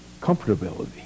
comfortability